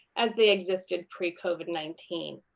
as they exited pre covid nineteen.